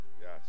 Yes